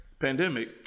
pandemic